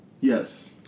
Yes